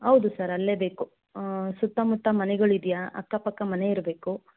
ಹೌದು ಸರ್ ಅಲ್ಲೇ ಬೇಕು ಸುತ್ತಮುತ್ತ ಮನೆಗಳಿದೆಯಾ ಅಕ್ಕಪಕ್ಕ ಮನೆ ಇರಬೇಕು